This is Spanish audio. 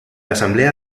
asamblea